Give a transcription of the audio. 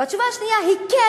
והתשובה השנייה היא כן,